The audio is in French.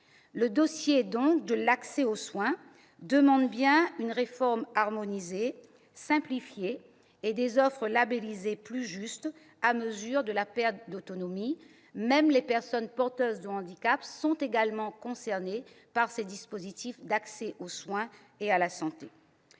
Le dossier de l'accès aux soins exige donc une réforme harmonisée, simplifiée et des offres labellisées plus justes, à mesure que croît la perte d'autonomie. Les personnes porteuses de handicap sont également concernées par ces dispositifs d'accès aux soins et à la santé.